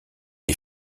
les